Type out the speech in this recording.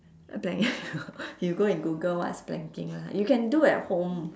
uh plank~ you go and google what is planking lah you can do at home